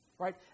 right